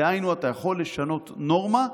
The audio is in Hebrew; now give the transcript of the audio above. דהיינו, אתה יכול לשנות נורמה,